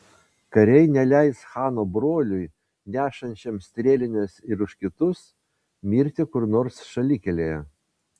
kariai neleis chano broliui nešančiam strėlines ir už kitus mirti kur nors šalikelėje